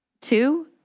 two